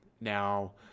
Now